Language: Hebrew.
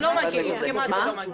הם לא מגיעים, כמעט שלא מגיעים.